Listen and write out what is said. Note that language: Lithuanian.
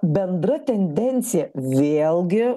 bendra tendencija vėlgi